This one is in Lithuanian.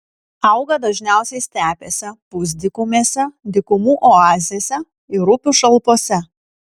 auga dažniausiai stepėse pusdykumėse dykumų oazėse ir upių šalpose